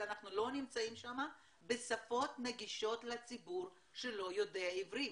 אבל אנחנו לא נמצאים שם בשפות נגישות לציבור שלא יודע עברית.